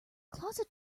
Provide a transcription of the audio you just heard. closet